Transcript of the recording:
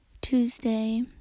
Tuesday